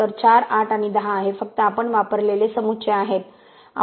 तर 4 8 आणि 10 हे फक्त आपण वापरलेले समुच्चय आहेत